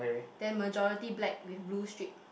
then majority black with blue strip